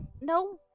No